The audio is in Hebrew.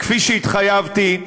כפי שהתחייבתי,